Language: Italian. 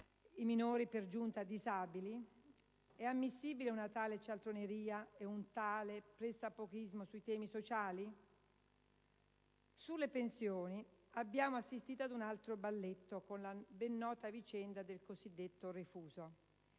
i minori, per giunta disabili? È ammissibile una tale cialtroneria e un tale pressappochismo sui temi sociali? Sulle pensioni, abbiamo assistito ad un altro balletto con la ben nota vicenda del cosiddetto refuso.